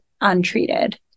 untreated